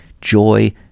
joy